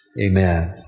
Amen